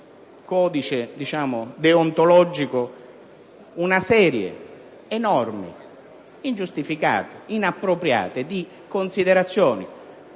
codice deontologico una serie enorme, ingiustificata ed inappropriata di considerazioni